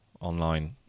online